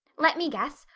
let me guess.